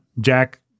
Jack